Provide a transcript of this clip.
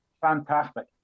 fantastic